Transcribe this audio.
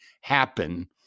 happen